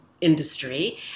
industry